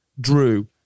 Drew